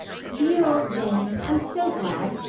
dear old jane i'm so glad,